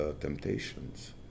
temptations